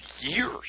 years